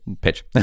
pitch